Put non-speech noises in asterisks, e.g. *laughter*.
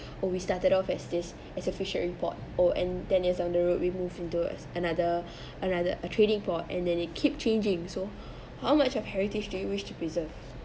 or we started off as this as official report oh and then is on the road we moved in towards another *breath* another a trading for and then it keep changing so how much of heritage do you wish to preserve